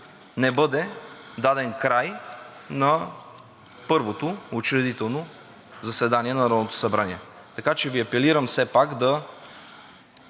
не бъде даден край на първото учредително заседание на Народното събрание. Така че Ви апелирам все пак да